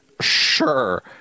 sure